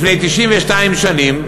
לפני 92 שנים,